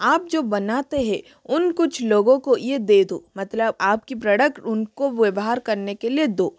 आप जो बनाते हैं उन कुछ लोगों को ये दे दो मतलब आपकी प्रडक्ट उनका व्यवहार करने के लिए दो